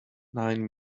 nine